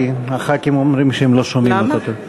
כי חברי הכנסת אומרים שהם לא שומעים טוב.